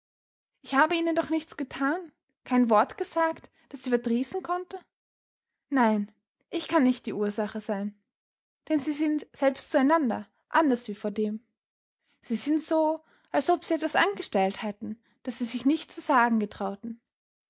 ich habe ihnen doch nichts getan kein wort gesagt das sie verdrießen konnte nein ich kann nicht die ursache sein denn sie sind selbst zueinander anders wie vordem sie sind so als ob sie etwas angestellt hätten das sie sich nicht zu sagen getrauen